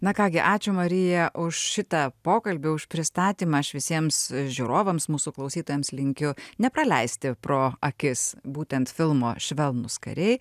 na ką gi ačiū marija už šitą pokalbį už pristatymą aš visiems žiūrovams mūsų klausytojams linkiu nepraleisti pro akis būtent filmo švelnūs kariai